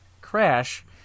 crash